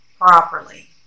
properly